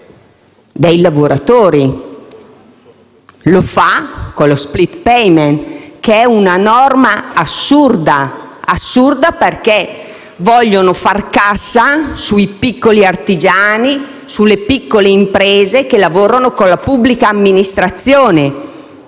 di trovare risorse con lo *split payment*, che è una norma assurda perché si vuole far cassa sui piccoli artigiani, sulle piccole imprese che lavorano con la pubblica amministrazione.